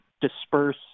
disperse